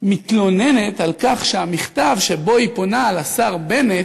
מתלוננת על כך שהמכתב שבו היא פונה לשר בנט,